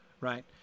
right